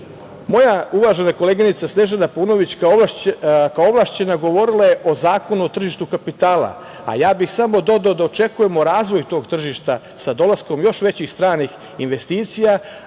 uvažena koleginica Snežana Paunović, kao ovlašćena govorila je o Zakonu o tržištu kapitala, a ja bih samo dodao da očekujemo razvoj tog tržišta sa dolaskom još većih stranih investicija. Ali